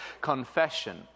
confession